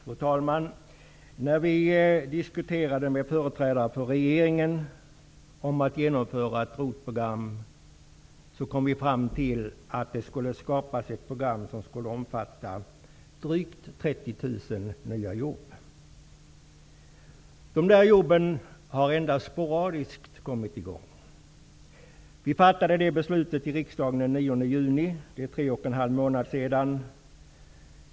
Fru talman! När vi diskuterade med företrädare för regeringen om att genomföra ett ROT-program, kom vi fram till att det skulle skapas ett program som skulle omfatta drygt 30 000 nya jobb. De jobben har endast sporadiskt kommit i gång. Vi fattade beslut i riksdagen den 9 juni. Det är tre och en halv månad sedan.